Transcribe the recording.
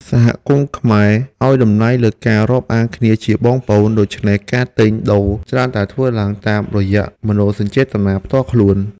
សហគមន៍ខ្មែរឱ្យតម្លៃលើការរាប់អានគ្នាជាបងប្អូន ដូច្នេះការទិញដូរច្រើនតែធ្វើឡើងតាមរយៈមនោសញ្ចេតនាផ្ទាល់ខ្លួន។